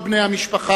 כל בני המשפחה,